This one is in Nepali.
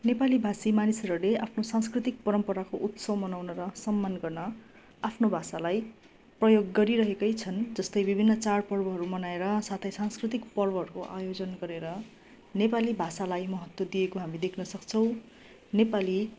नेपाली भाषी मानिसहरूले आफ्नो सांस्कृतिक परम्पराको उत्सव मनाउन र सम्मान गर्न आफ्नो भाषालाई प्रयोग गरिरहेकै छन् जस्तै विभिन्न चाडपर्वहरू मनाएर साथै सांस्कृतिक पर्वहरूको आयोजन गरेर नेपाली भाषालाई महत्त्व दिएको हामी देख्न सक्छौँ नेपाली